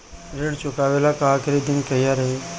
ऋण चुकव्ला के आखिरी दिन कहिया रही?